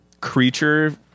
creature